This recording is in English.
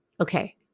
Okay